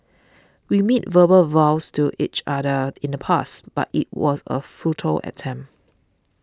we made verbal vows to each other in the past but it was a futile attempt